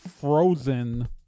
frozen